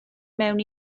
mewn